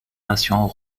nations